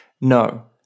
No